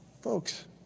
Folks